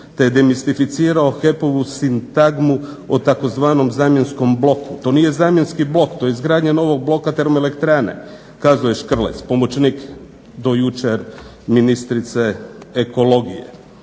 te je demistificirao HEP-ovu sintagmu o tzv. "zamjenskom bloku". To nije zamjenski blok, to je izgradnja novog boka termoelektrane kazao je Škrlec pomoćnik do jučer ministrice ekologije.